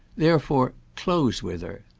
therefore close with her!